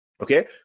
okay